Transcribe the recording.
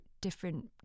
different